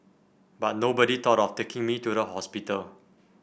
but nobody thought of taking me to the hospital